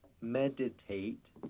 meditate